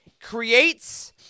creates